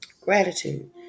Gratitude